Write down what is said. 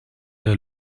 der